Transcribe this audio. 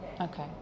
Okay